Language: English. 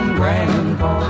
grandpa